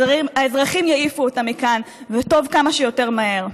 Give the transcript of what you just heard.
האזרחים יעיפו אותה מכאן וטוב כמה שיותר מהר.